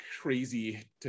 crazy